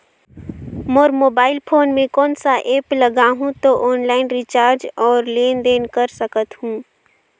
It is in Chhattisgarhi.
मोर मोबाइल फोन मे कोन सा एप्प लगा हूं तो ऑनलाइन रिचार्ज और लेन देन कर सकत हू?